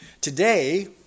Today